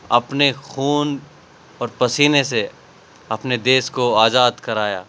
اپنے خون اور پسینے سے اپنے دیش کو آزاد کرایا